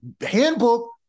handbook